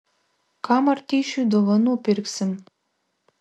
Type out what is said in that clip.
ką martyšiui dovanų pirksim